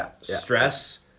stress